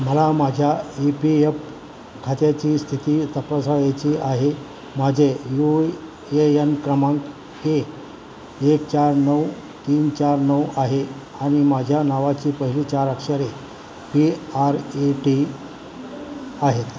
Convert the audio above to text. मला माझ्या E P F खात्याची स्थिती तपासायची आहे माझे यू ए यन क्रमांक हे एक चार नऊ तीन चार नऊ आहे आणि माझ्या नावाची पहिली चार अक्षरे पी आर ए टी आहेत